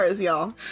y'all